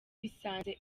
bisanze